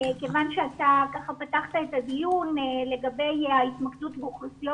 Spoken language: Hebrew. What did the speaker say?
כיוון שאתה פתחת את הדיון לגבי ההתמקדות באוכלוסיות